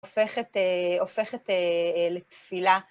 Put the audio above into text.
הופכת, הופכת לתפילה.